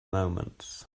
moments